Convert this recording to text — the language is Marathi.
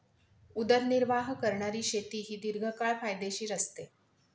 उदरनिर्वाह करणारी शेती ही दीर्घकाळ फायदेशीर असते